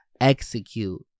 execute